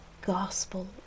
gospel